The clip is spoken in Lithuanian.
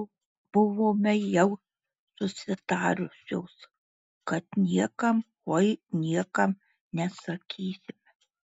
buvome jau susitarusios kad niekam oi niekam nesakysime